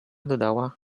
dodała